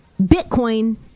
Bitcoin